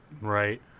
right